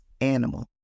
animal